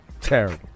Terrible